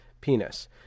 penis